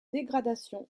dégradation